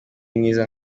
mwiza